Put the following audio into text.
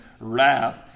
Wrath